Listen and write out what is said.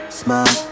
smile